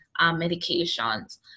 medications